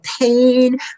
pain